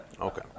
Okay